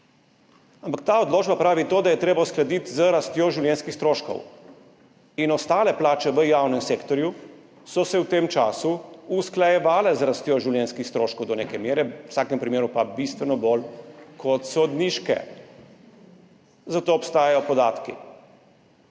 Ampak ta odločba pravi to, da je treba uskladiti z rastjo življenjskih stroškov, in ostale plače v javnem sektorju so se v tem času usklajevale z rastjo življenjskih stroškov do neke mere, v vsakem primeru pa bistveno bolj kot sodniške. O tem obstajajo podatki